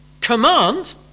command